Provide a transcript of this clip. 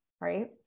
Right